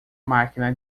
máquina